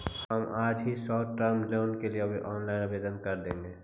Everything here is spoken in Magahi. हम आज ही शॉर्ट टर्म लोन के लिए ऑनलाइन आवेदन कर देंगे